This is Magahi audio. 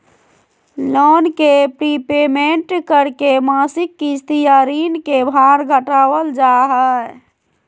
लोन के प्रीपेमेंट करके मासिक किस्त या ऋण के भार घटावल जा हय